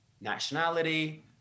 nationality